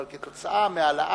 אבל כתוצאה ממנה,